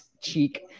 cheek